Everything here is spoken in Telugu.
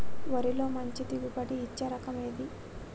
వరిలో మంచి దిగుబడి ఇచ్చే రకం ఏది?